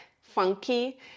funky